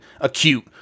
acute